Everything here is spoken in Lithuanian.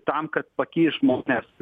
tam kad pakišt žmones